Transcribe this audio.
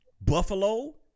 Buffalo